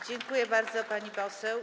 Dziękuję bardzo, pani poseł.